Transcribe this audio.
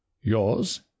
Yours